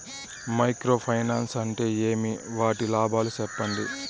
Micro finance అంటే ఏమి? వాటి లాభాలు సెప్పండి?